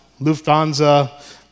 Lufthansa